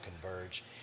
Converge